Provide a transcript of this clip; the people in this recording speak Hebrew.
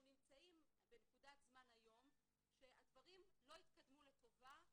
אנחנו נמצאים בנקודת זמן היום שהדברים לא התקדמו לטובה,